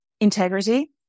Integrity